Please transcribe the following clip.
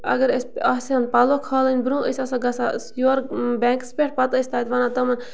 اگر أسۍ آسہٕ ہَن پَلو کھالٕنۍ برٛونٛہہ أسۍ آسو آسان گژھان أسۍ یورٕ بٮ۪نٛکَس پٮ۪ٹھ پَتہٕ ٲسۍ تَتہِ وَنان تِمَن